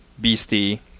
beastie